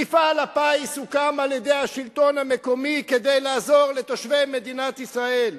מפעל הפיס הוקם על-ידי השלטון המקומי כדי לעזור לתושבי מדינת ישראל.